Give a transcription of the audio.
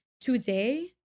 today